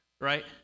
right